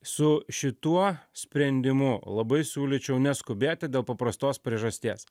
su šituo sprendimu labai siūlyčiau neskubėti dėl paprastos priežasties